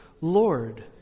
Lord